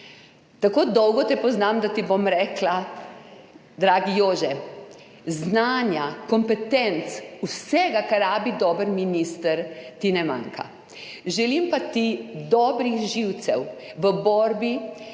tako dolgo te poznam, da ti bom rekla, dragi Jože, znanja, kompetenc, vsega, kar rabi dober minister, ti ne manjka, želim pa ti dobrih živcev v borbi